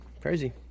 Crazy